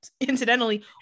incidentally